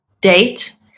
date